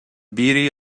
beauty